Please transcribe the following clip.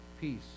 peace